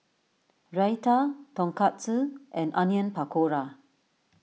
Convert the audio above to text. Raita Tonkatsu and Onion Pakora